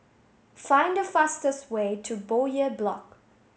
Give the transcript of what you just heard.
find the fastest way to Bowyer Block